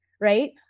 Right